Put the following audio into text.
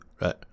right